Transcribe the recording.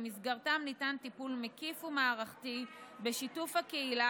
שבמסגרתם ניתן טיפול מקיף ומערכתי בשיתוף הקהילה